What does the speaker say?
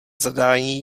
zadání